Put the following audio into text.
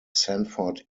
sanford